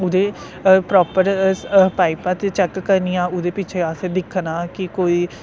उदे प्रापर पाइपां ते चेक करनियां उदे पिच्छे अस दिक्खना कि कोई कोई